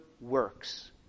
works